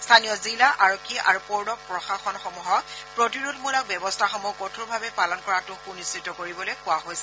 স্থানীয় জিলা আৰক্ষী আৰু পৌৰ প্ৰশাসনসমূহক প্ৰতিৰোধমূলক ব্যৱস্থাসমূহ কঠোৰভাৱে পালন কৰাটো সুনিশ্চিত কৰিবলৈ কোৱা হৈছে